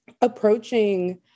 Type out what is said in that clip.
approaching